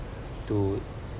to